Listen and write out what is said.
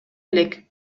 элек